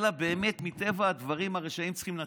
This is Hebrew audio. אלא באמת מטבע הדברים הרשעים צריכים לנצח.